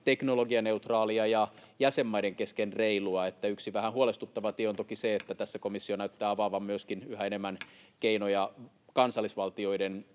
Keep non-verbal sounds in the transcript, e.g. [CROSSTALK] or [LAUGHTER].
teknologianeutraalia ja jäsenmaiden kesken reilua. Yksi vähän huolestuttava tie on toki se, [NOISE] että tässä komissio näyttää avaavan myöskin yhä enemmän keinoja kansallisvaltioiden